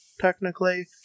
technically